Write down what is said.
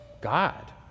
God